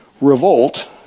revolt